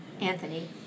Anthony